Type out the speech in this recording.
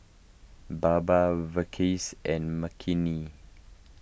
Baba Verghese and Makineni